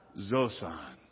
Zosan